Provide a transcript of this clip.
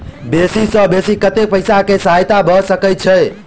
बेसी सऽ बेसी कतै पैसा केँ सहायता भऽ सकय छै?